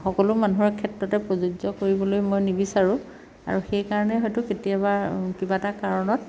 সকলো মানুহৰ ক্ষেত্ৰতে প্ৰযোজ্য কৰিবলৈ মই নিবিচাৰোঁ আৰু সেইকাৰণে হয়তো কেতিয়াবা কিবা এটা কাৰণত